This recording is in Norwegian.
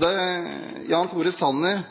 Jan Tore Sanner